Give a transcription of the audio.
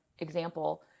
example